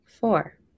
four